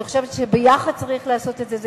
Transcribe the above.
אני חושבת שצריך לעשות את זה יחד,